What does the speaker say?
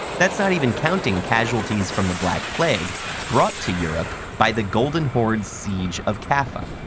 that's not even counting casualties from the black plague brought to europe by the golden horde's siege of kaffa.